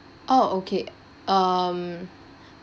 oh okay um